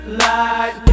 light